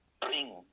bring